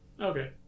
Okay